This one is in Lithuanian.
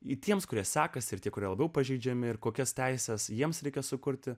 į tiems kurie sekasi ir tie kurie labiau pažeidžiami ir kokias teises jiems reikia sukurti